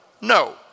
no